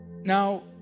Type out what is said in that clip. Now